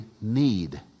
need